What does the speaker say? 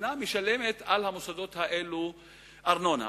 והמדינה משלמת על המוסדות האלה ארנונה.